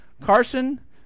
carson